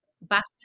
back